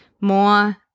more